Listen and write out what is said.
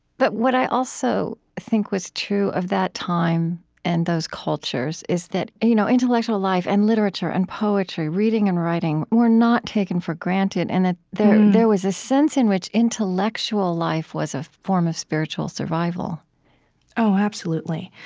but what i also think was true of that time and those cultures is that you know intellectual life and literature and poetry, reading and writing, not were not taken for granted and that there there was a sense in which intellectual life was a form of spiritual survival oh, absolutely.